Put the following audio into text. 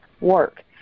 work